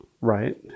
Right